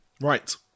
right